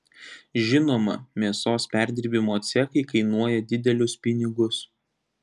žinoma mėsos perdirbimo cechai kainuoja didelius pinigus